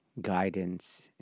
Guidance